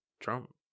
Trump